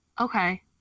okay